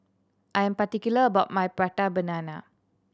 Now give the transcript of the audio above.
I'm particular about my Prata Banana